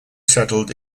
settled